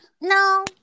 No